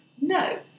No